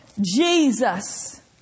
Jesus